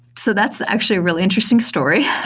so that's actually a really interesting story.